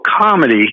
comedy